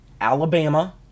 Alabama